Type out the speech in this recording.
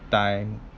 time